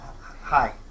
Hi